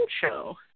show